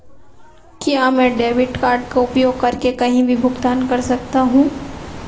क्या मैं debit card का उपयोग करके कहीं भी भुगतान कर सकता हूं?